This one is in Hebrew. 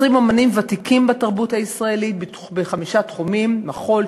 20 אמנים ותיקים בתרבות הישראלית בחמישה תחומים: מחול,